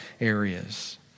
areas